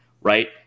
right